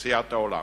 מאוכלוסיית העולם,